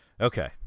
Okay